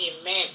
Amen